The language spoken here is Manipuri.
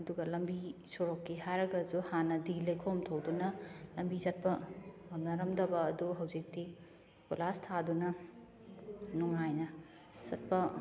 ꯑꯗꯨꯒ ꯂꯝꯕꯤ ꯁꯣꯔꯣꯛꯀꯤ ꯍꯥꯏꯔꯒꯁꯨ ꯍꯥꯟꯅꯗꯤ ꯂꯩꯈꯣꯝ ꯊꯣꯛꯇꯨꯅ ꯂꯝꯕꯤ ꯆꯠꯄ ꯉꯝꯅꯔꯝꯗꯕ ꯑꯗꯨ ꯍꯧꯖꯤꯛꯇꯤ ꯀꯣꯏꯂꯥꯁ ꯊꯥꯗꯨꯅ ꯅꯨꯡꯉꯥꯏꯅ ꯆꯠꯄ